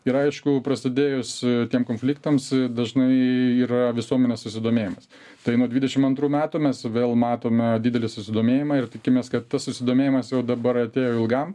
ir aišku prasidėjus tiem konfliktams dažnai yra visuomenės susidomėjimas tai nuo dvidešim antrų metų mes vėl matome didelį susidomėjimą ir tikimės kad tas susidomėjimas jau dabar atėjo ilgam